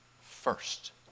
first